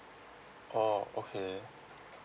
orh okay